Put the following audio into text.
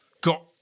got